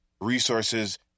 resources